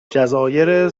جزایر